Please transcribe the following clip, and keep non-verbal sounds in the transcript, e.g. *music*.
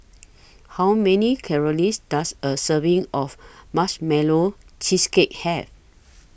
How Many *unintelligible* Does A Serving of Marshmallow Cheesecake Have